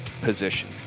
position